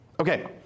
Okay